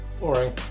Boring